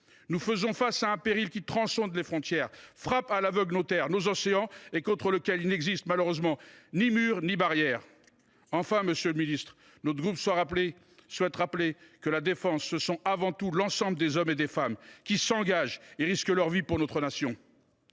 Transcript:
Nous faisons face à un péril qui transcende les frontières, frappe à l’aveugle nos terres, nos océans et contre lequel il n’existe ni murs ni barrières. Enfin, monsieur le ministre, notre groupe souhaite rappeler que la défense, c’est avant tout l’ensemble des femmes et des hommes qui s’engagent et risquent leur vie pour notre nation.